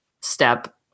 step